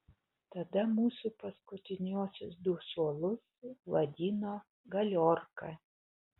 tada mūsų paskutiniuosius du suolus vadino galiorka